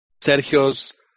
Sergio's